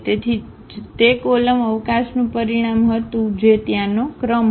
તેથી તે કોલમ અવકાશનું પરિમાણ હતું જે ત્યાંનો ક્રમ હતો